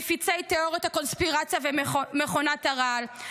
מפיצי תיאוריות הקונספירציה ומכונת הרעל,